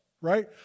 right